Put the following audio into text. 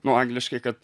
nu angliškai kad